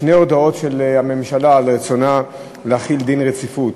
שתי הודעות של הממשלה על רצונה להחיל דין רציפות,